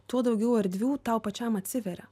tuo daugiau erdvių tau pačiam atsiveria